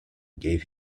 gave